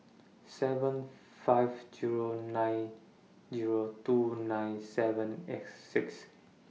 seven five Zero nine Zero two nine seven eight six